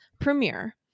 premiere